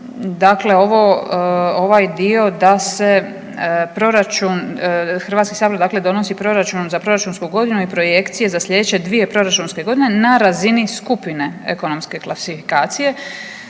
dakle ovo, ovaj dio da se proračun, Hrvatski sabor dakle donosi proračun za proračunsku godinu i projekcije za slijedeće dvije proračunske godine na razini skupine ekonomske klasifikacije.